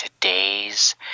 today's